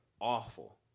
awful